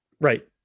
Right